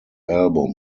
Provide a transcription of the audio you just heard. album